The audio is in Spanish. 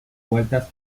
vueltas